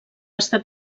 estat